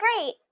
great